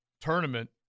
tournament